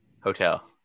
hotel